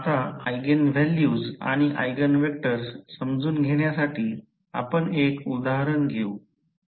आता again values आणि again vectors समजून घेण्यासाठी आपण एक उदाहरण घेऊ